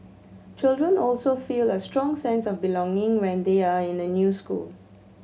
children also feel a strong sense of belonging when they are in a new school